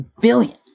Billion